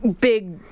big